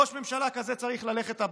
ראש ממשלה כזה צריך ללכת הביתה,